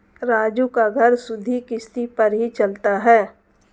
राजू का घर सुधि किश्ती पर ही चलता है